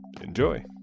Enjoy